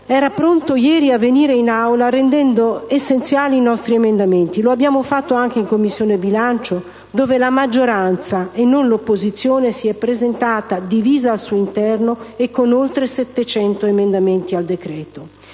era pronto ieri a venire in Aula, rendendo essenziali i nostri emendamenti. Lo abbiamo fatto anche in Commissione bilancio, dove la maggioranza e non l'opposizione si è presentata divisa al suo interno e con oltre 700 emendamenti al decreto.